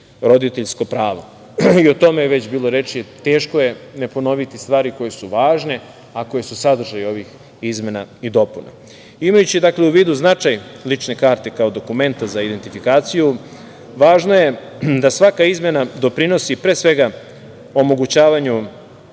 roditeljsko pravo. I, o tome je već bilo reči. Teško je ne ponoviti stvari koje su važne, a koje su sadržaj ovih izmena i dopuna. Imajući u vidu značaj lične karte kao dokumenta za identifikaciju, važno je da svaka izmena doprinosi, pre svega, onemogućavanju